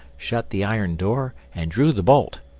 shut the iron door, and drew the bolt.